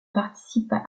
participa